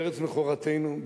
בארץ מכורתנו,